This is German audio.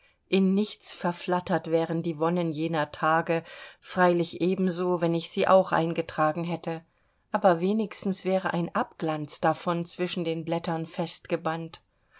in nichts verflattert wären die wonnen jener tage freilich ebenso wenn ich sie auch eingetragen hätte aber wenigstens wäre ein abglanz davon zwischen den blättern